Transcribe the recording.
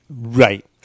right